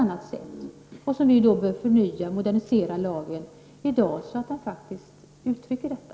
Därför behöver vi i dag förnya och modernisera lagen så att den faktiskt ger uttryck för detta.